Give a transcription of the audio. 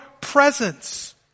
presence